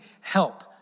help